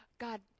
God